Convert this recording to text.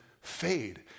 fade